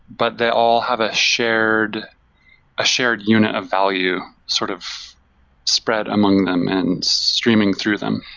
but they all have a shared shared unit of value sort of spread among them and streaming through them.